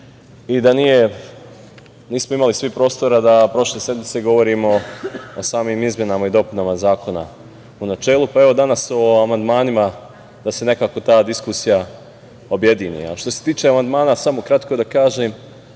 i da nismo imali svi prostora da prošle sedmice govorimo o samim izmenama i dopunama zakona u načelu, pa evo danas o amandmanima da se nekako ta diskusija objedini. Što se tiče amandmana, samo kratko da kažem,